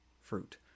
fruit